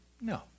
No